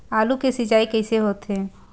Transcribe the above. आलू के सिंचाई कइसे होथे?